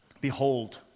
Behold